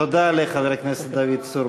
תודה לחבר הכנסת דוד צור.